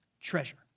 Treasure